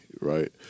right